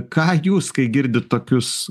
ką jūs kai girdit tokius